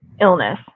illness